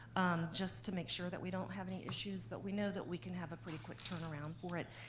just to make sure that we don't have any issues, but we know that we can have a pretty quick turnaround for it.